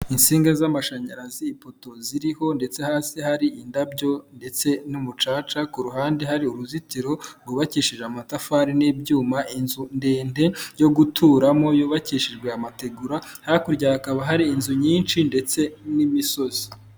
Insinga z'amashanyarazi, ipoto ziriho ndetse hasi hari indabyo ndetse n'umucaca, ku ruhande hari uruzitiro rwubakishije amatafari n'ibyuma, inzu ndende byo guturamo yubakishijwe amategura, hakurya hakaba hari inzu nyinshi ndetse n'imisozi.